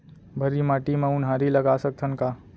भर्री माटी म उनहारी लगा सकथन का?